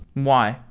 why?